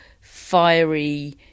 fiery